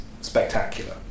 spectacular